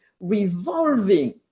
revolving